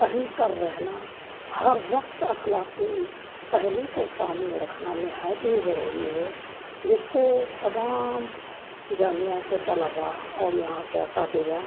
پہن کر رہنا ہر وقت اخلاقی پہلو کو سامنے رکھنا نہایت ہی ضروری ہے جس کو تمام جامعہ کے طلباء اور یہاں کے اساتذہ